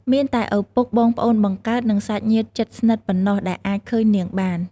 មានតែឪពុក បងប្អូនបង្កើត និងសាច់ញាតិជិតស្និទ្ធប៉ុណ្ណោះដែលអាចឃើញនាងបាន។